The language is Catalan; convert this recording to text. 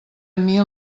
mil